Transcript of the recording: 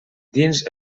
dins